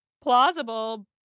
plausible